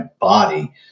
body